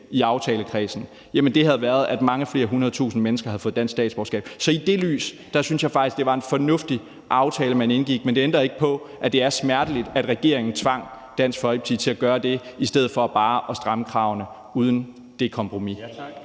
refererer til – forhindrede, at mange flere hundredtusinde mennesker havde fået dansk statsborgerskab. Så set i det lys synes jeg faktisk, det var en fornuftig aftale, man indgik. Men det ændrer ikke på, at det er smerteligt, at regeringen tvang Dansk Folkeparti til at gøre det i stedet for bare at stramme kravene uden det kompromis.